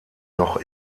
noch